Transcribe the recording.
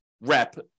rep